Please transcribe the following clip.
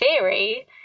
theory